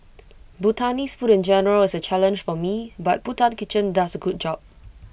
Bhutanese food in general is A challenge for me but Bhutan kitchen does A good job